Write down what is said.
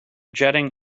jetting